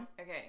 Okay